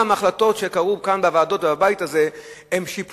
מההחלטות שקרו כאן בוועדות ובבית הזה ששיפרו,